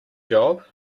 job